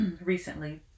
recently